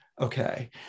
okay